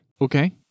Okay